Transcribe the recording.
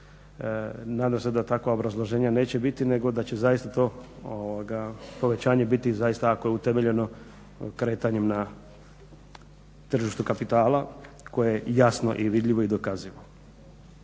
Nadam se da takva obrazloženja neće biti, nego da će zaista to povećanje biti zaista ako je utemeljeno kretanju na tržištu kapitala koje je jasno, vidljivo i dokazivo.